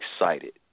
excited